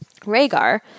Rhaegar